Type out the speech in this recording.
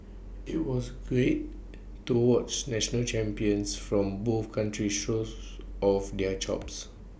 IT was great to watch national champions from both countries shows off their chops